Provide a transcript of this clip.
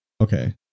okay